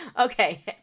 Okay